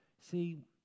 See